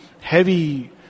heavy